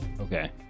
Okay